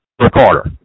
recorder